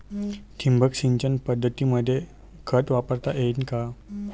ठिबक सिंचन पद्धतीमंदी खत वापरता येईन का?